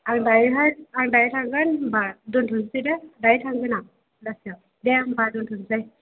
आं दायोहाय आं दायो थांगोन होमबा दोन्थ'नोसै दे दायो थांगोन आं बेलासियाव दे होमबा दोन्थ'नोसै